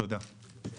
תודה.